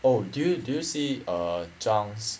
oh do you do you see err jung's